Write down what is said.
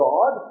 God